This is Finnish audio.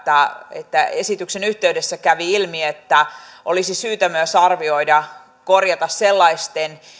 että esityksen yhteydessä kävi ilmi että olisi syytä myös arvioida korjata sellaisten